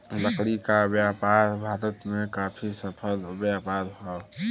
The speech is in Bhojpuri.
लकड़ी क व्यापार भारत में काफी सफल व्यापार हौ